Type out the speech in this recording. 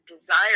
desire